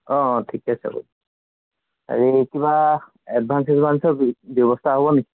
অঁ অঁ ঠিকে আছে বাৰু হেৰি কিবা এডভান্স চেডভান্সৰ ব্যৱস্থা হ'ব নেকি